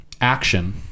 Action